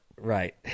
Right